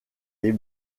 les